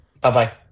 Bye-bye